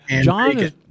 John